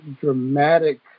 dramatic